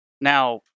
Now